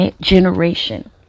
generation